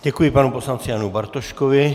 Děkuji panu poslanci Janu Bartoškovi.